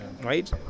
Right